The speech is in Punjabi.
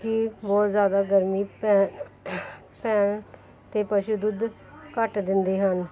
ਕਿ ਬਹੁਤ ਜ਼ਿਆਦਾ ਗਰਮੀ ਪੈ ਪੈ ਅਤੇ ਪਸ਼ੂ ਦੁੱਧ ਘੱਟ ਦਿੰਦੇ ਹਨ